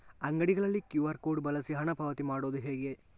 ಅಂಗಡಿಗಳಲ್ಲಿ QR code ಬಳಸಿ ಹಣ ಪಾವತಿ ಮಾಡೋದು ಹೇಗೆ?